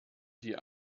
die